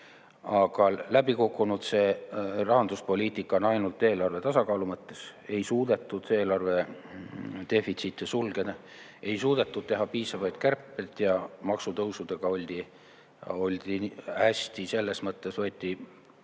Aga läbi kukkunud see rahanduspoliitika on ainult eelarve tasakaalu mõttes. Ei suudetud eelarvedefitsiite sulgeda, ei suudetud teha piisavaid kärpeid ja maksutõusudest [tehti ära] mugavam